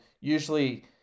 Usually